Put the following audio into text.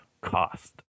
cost